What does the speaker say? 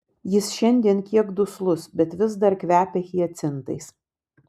jis šiandien kiek duslus bet vis dar kvepia hiacintais